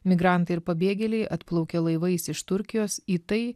migrantai ir pabėgėliai atplaukia laivais iš turkijos į tai